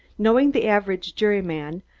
knowing the average juryman,